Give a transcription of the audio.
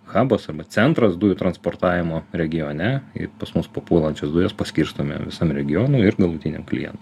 habas arba centras dujų transportavimo regione ir pas mus papuolančios dujos paskirstome visam regionui ir nuolatinių klient